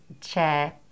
chair